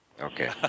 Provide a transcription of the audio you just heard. Okay